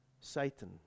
Satan